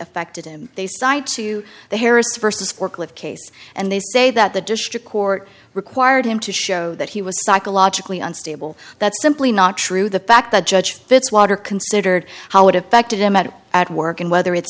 affected him they cite to the harris vs forklift case and they say that the district court required him to show that he was psychologically unstable that's simply not true the fact that judge fitzwater considered how it affected him out at work and whether it's